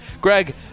Greg